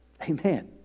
Amen